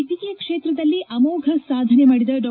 ವೈದ್ಯಕೀಯ ಕ್ಷೇತ್ರದಲ್ಲಿ ಅಮೋಫ ಸಾಧನೆ ಮಾಡಿದ ಡಾ